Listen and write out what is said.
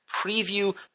Preview